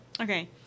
Okay